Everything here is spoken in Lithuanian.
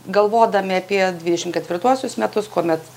galvodami apie dvidešim ketvirtuosius metus kuomet